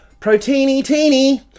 Proteiny-teeny